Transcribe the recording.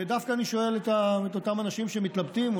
ודווקא אני שואל את אותם אנשים שמתלבטים,